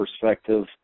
perspective